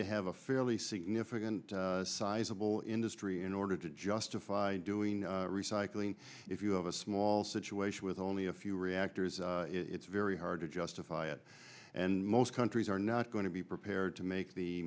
to have a fairly significant sizable industry in order to justify doing recycling if you have a small situation with only a few reactors it's very hard to justify it and most countries are not going to be prepared to make the